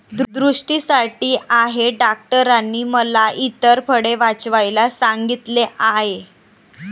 दृष्टीसाठी आहे डॉक्टरांनी मला इतर फळे वाचवायला सांगितले आहे